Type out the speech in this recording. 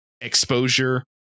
exposure